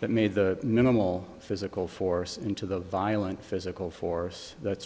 that made the minimal physical force into the violent physical force that's